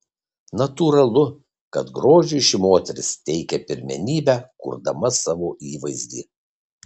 natūralu kad grožiui ši moteris teikia pirmenybę kurdama savo įvaizdį